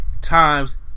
times